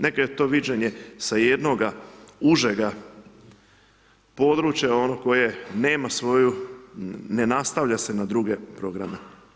Nekada je to viđenje sa jednoga užega područja, onoga koje nema svoju, ne nastavlja se na druge programe.